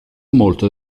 molto